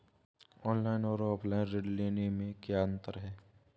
Offline और online ऋण लेने में क्या अंतर है?